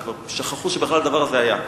כבר שכחו שבכלל הדבר הזה היה.